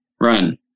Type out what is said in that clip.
run